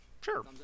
sure